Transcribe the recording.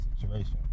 situation